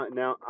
now